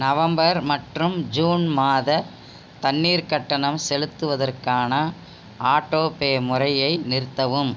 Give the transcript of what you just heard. November மற்றும் June மாத தண்ணீர் கட்டணம் செலுத்துவதற்கான ஆட்டோ பே முறையை நிறுத்தவும்